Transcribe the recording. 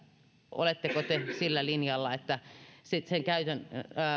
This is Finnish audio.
oletteko te sillä linjalla että sen käytön